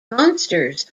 monsters